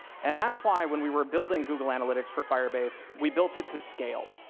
and that's why when we were building google analytics for firebase, we built it to scale,